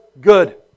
good